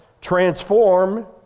transform